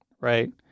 right